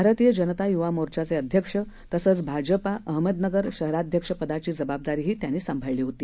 भारतीय जनता युवा मोर्चाचे अध्यक्ष तसंच भारतीय जनता पार्टी अहमदनगर शहराध्यक्षपदाची जबाबदारीही त्यांनी सांभाळली होती